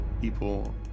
people